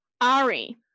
ari